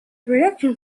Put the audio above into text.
production